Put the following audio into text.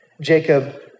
Jacob